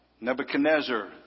Nebuchadnezzar